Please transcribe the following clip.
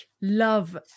love